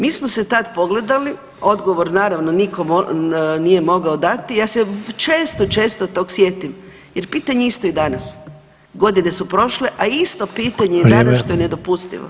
Mi smo se tad pogledali, odgovor naravno nitko nije mogao dati, ja se često često tog sjetim jer pitanje je isto i danas, godine su prošle, a isto pitanje [[Upadica: Vrijeme]] je i danas, što je nedopustivo.